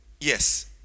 Yes